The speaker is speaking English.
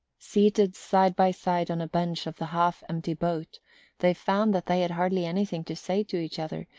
seated side by side on a bench of the half-empty boat they found that they had hardly anything to say to each other,